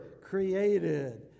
created